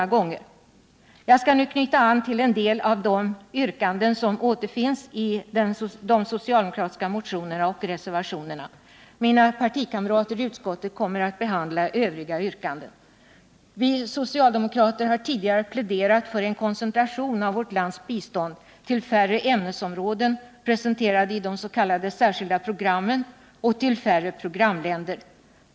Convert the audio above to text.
Jag skall knyta an till vissa av de yrkanden som återfinns i de socialdemokratiska motionerna och reservationerna. Mina partikamrater i utskottet kommer att behandla de övriga yrkandena. Vi socialdemokrater har tidigare pläderat för en koncentration av vårt lands bistånd till färre ämnesområden, presenterade i de s.k. särskilda programmen, och till färre programländer.